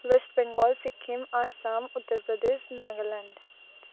West Bengal Sikkim Assam Uttar Pradesh Nagaland